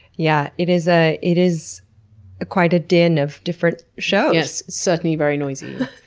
yeah, it is ah it is quite a din of different shows. yes. certainly very noisy.